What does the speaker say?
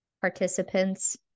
participants